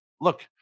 look